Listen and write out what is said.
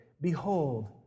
Behold